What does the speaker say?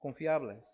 confiables